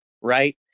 right